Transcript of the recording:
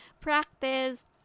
practice